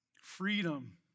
freedom